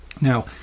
Now